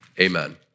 Amen